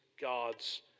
God's